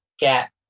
get